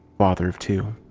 father of two,